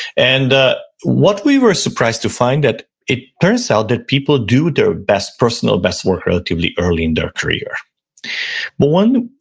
and ah what we were surprised to find that it turns out that people do their best, personal best work relatively early in their career. but one,